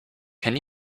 can